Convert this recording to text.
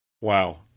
Wow